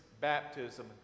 baptism